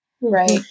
Right